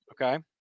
okay